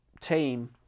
team